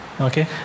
Okay